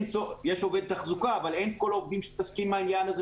יש עובד תחזוקה אבל אין את כל העובדים שמתעסקים עם העניין הזה,